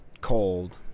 cold